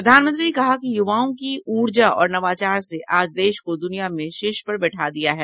प्रधानमंत्री ने कहा कि युवाओं की ऊर्जा और नवाचार ने आज देश को दूनिया में शीर्ष पर बैठा दिया है